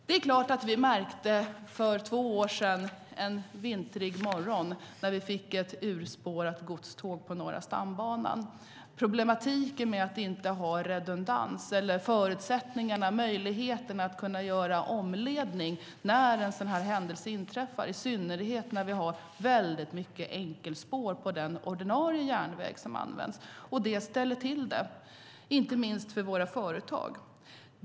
Det är klart att vi en vintrig morgon för två år sedan, när vi fick ett urspårat godståg på Norra stambanan, märkte problematiken med att inte ha redundans eller förutsättningar att kunna göra omledning vid en sådan här händelse, i synnerhet när vi har väldigt mycket enkelspår på den ordinarie järnväg som används. Och det ställer till det, inte minst för våra företag.